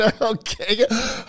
Okay